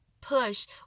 push